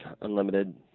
Unlimited